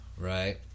right